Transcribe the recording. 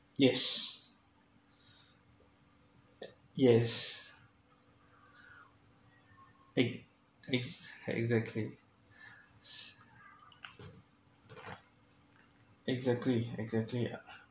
yes yes ex~ ex~ exactly exactly exactly yeah